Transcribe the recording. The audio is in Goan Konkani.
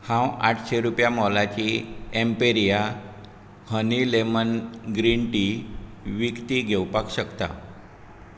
हांव आठशें रुपया मोलाची Emperia honey lemon green tea विकती घेवपाक शकता